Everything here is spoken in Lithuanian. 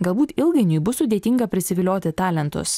galbūt ilgainiui bus sudėtinga prisivilioti talentus